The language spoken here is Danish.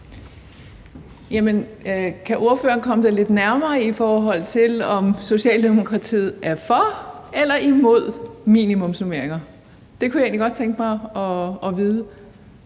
Kan ordføreren komme det lidt nærmere, i forhold til om Socialdemokratiet er for eller imod minimumsnormeringer? Det kunne jeg egentlig godt tænke mig at vide.